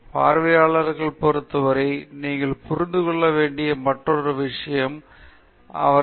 பார்வையாளர்களைப் பொறுத்தவரை நீங்கள் புரிந்து கொள்ள வேண்டிய மற்றொரு விஷயம் அவர்கள் ஏன் பார்க்கிறார்கள்